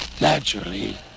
naturally